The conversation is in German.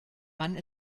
wann